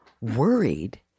worried